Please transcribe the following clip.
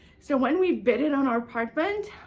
so, when we bid it on our apartment,